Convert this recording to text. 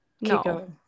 no